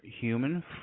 human